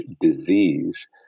disease